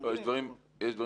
יש דברים שהוגדרו